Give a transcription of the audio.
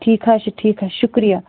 ٹھیٖک حظ چھُ ٹھیٖک حظ چھُ شُکریہ